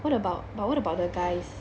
what about but what about the guys